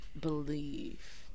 Believe